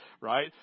right